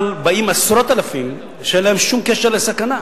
אבל באים עשרות אלפים שאין להם שום קשר לסכנה.